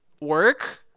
work